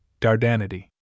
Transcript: Dardanity